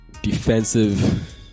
Defensive